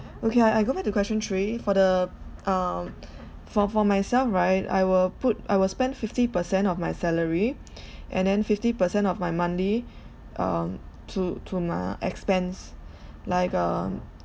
okay I I go back to question three for the um for for myself right I will put I will spend fifty percent of my salary and then fifty percent of my monthly um to to my expense like um